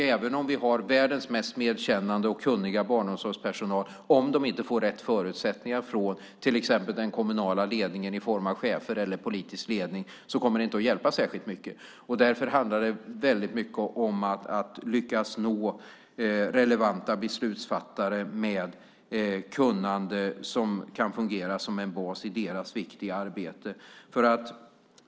Även om vi har världens mest medkännande och kunniga barnomsorgspersonal kommer det inte att hjälpa särskilt mycket om de inte får rätt förutsättningar från till exempel den kommunala ledningen i form av chefer eller politisk ledning. Därför handlar det väldigt mycket om att lyckas nå relevanta beslutsfattare med ett kunnande som kan fungera som en bas i deras viktiga arbete.